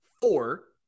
four